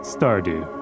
Stardew